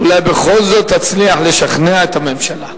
אולי בכל זאת תצליח לשכנע את הממשלה.